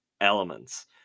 elements